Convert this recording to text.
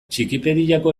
txikipediako